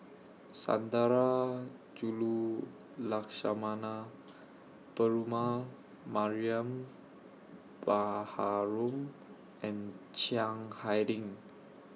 Sundarajulu Lakshmana Perumal Mariam Baharom and Chiang Hai Ding